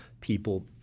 people